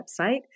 website